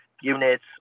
units